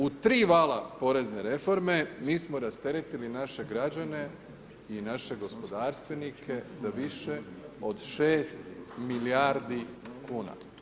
U tri vala porezne reforme mi smo rasteretili naše građane i naše gospodarstvenike za više od 6 milijardi kuna.